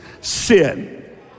sin